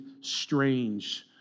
strange